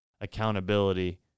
accountability